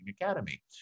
Academy